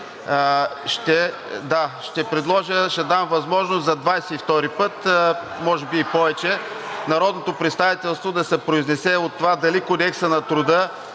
ще дам възможност за 22-ри път, може би и повече (шум и реплики), народното представителство да се произнесе от това дали Кодекса на труда